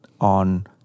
on